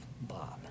Bob